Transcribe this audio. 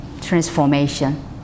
transformation